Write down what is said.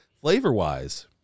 flavor-wise